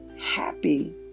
happy